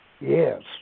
Yes